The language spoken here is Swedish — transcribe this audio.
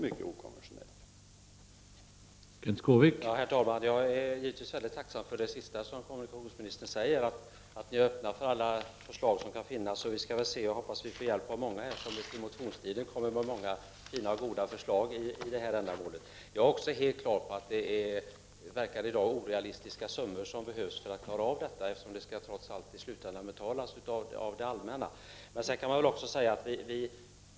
Herr talman! Jag är naturligtvis mycket tacksam för det sista kommunikationsministern säger, nämligen att man är öppen för alla förslag. Jag hoppas att vi får hjälp i det avseendet. Under allmänna motionstiden kommer säkert många nya fina förslag. Även jag är klar över att det i dag verkar behövas orealistiska summor, eftersom de trots allt i slutändan skall betalas av det allmänna.